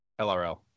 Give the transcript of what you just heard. LRL